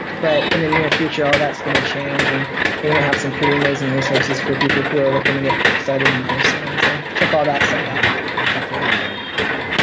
but in the near future all that's gonna change and we're gonna have some pretty amazing resources for people who are looking to get started in wholesaling, so check all that stuff out. i'm looking forward to that for sure.